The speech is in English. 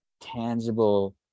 tangible